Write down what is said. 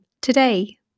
today